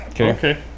Okay